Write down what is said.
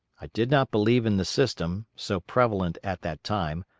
i did not believe in the system, so prevalent at that time,